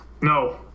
No